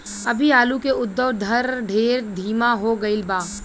अभी आलू के उद्भव दर ढेर धीमा हो गईल बा